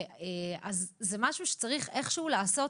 זה משהו שצריך איכשהו לעשות